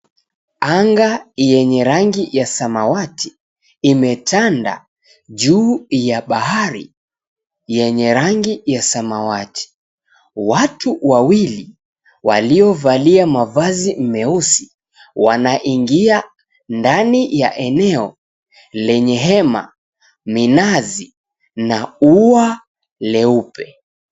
Anga yenye rangi ya samawati, imetanda juu ya bahari yenye rangi ya samawati. Watu wawili waliovalia mavazi meusi wanaingia ndani ya eneo lenye hema, minazi, na ua leupe.